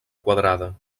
quadrada